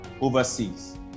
overseas